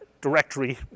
directory